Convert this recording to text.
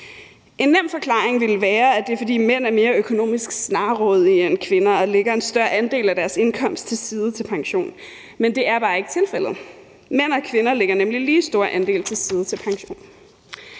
En nem forklaring vil være, at det er, fordi mænd er mere økonomisk snarrådige end kvinder og lægger en større andel af deres indkomst til side til pension, men det er bare ikke tilfældet. Mænd og kvinder lægger nemlig lige store andele til side til pension.